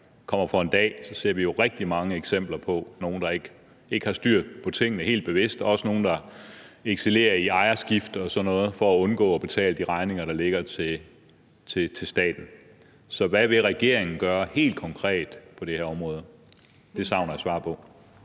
kommer for en dag, ser vi jo rigtig mange eksempler på nogle, der helt bevidst ikke har styr på tingene, og også nogle, der excellerer i ejerskifter og sådan noget for at undgå at betale de regninger, der ligger, til staten. Så hvad vil regeringen gøre helt konkret på det her område? Det savner jeg svar på.